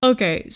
Okay